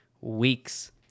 weeks